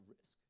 risk